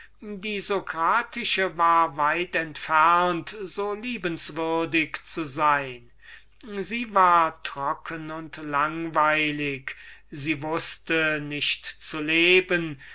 die socratische war weit entfernt so liebenswürdig zu sein sie war trocken und langweilig sie wußte nicht zu leben